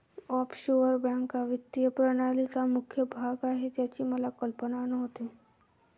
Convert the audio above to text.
offshore बँका वित्तीय प्रणालीचा मुख्य भाग आहेत याची मला कल्पना नव्हती